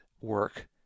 work